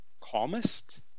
calmest